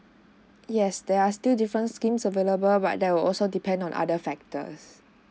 yes there are still different schemes available but that will also depend on other factors